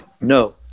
No